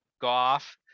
Goff